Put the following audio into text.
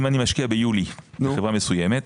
אם אני משקיע ביולי בחברה מסוימת,